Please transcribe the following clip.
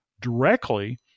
directly